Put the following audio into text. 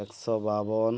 ଏକଶହ ବାବନ